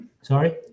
sorry